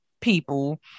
people